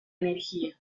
energía